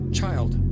child